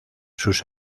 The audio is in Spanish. sus